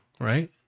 right